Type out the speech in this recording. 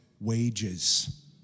wages